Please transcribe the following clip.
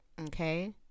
Okay